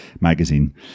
Magazine